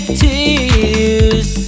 tears